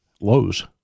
Lowe's